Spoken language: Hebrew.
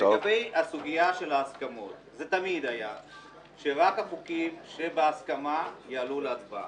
לגבי הסוגיה של ההסכמות תמיד היה שרק החוקים בהסכמה יעלו להצבעה.